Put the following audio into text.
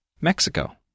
Mexico